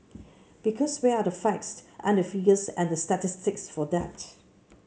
because where are the facts and the figures and the statistics for that